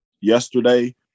yesterday